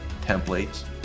templates